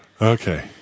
Okay